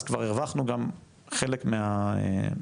אז כבר הרווחנו גם חלק מהקליטה.